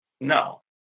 No